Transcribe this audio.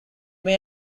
may